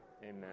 Amen